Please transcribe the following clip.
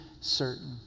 certain